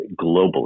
globally